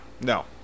no